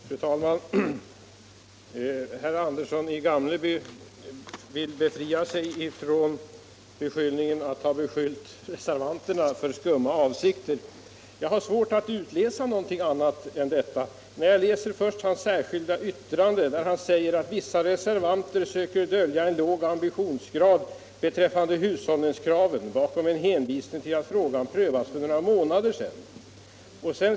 Fru talman! Herr Andersson i Gamleby vill befria sig från beskyllningen att ha anklagat reservanterna för skumma avsikter. Men jag har svårt att förstå att han inte gör detta. I sitt särskilda yttrande säger han nämligen att ”vissa reservanter söker dölja en låg ambitionsgrad beträffande hushållningskraven bakom en hänvisning till att frågan prövats för några månader sedan”.